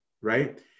right